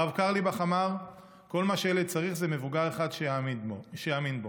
הרב קרליבך אמר שכל מה שילד צריך זה מבוגר אחד שיאמין בו.